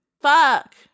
Fuck